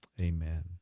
Amen